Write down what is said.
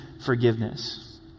forgiveness